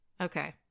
Okay